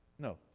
No